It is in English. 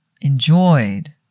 enjoyed